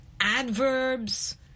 adverbs